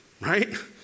right